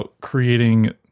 creating